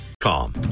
Calm